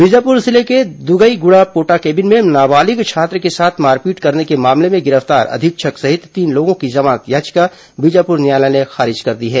बीजापुर जिले के दुगईगुड़ा पोटाकेबिन में नाबालिग छात्र के साथ मारपीट करने के मामले में गिरफ्तार अधीक्षक सहित तीन लोगों की जमानत याचिका बीजापुर न्यायालय ने खारिज कर दी है